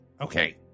Okay